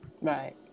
Right